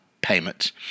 payments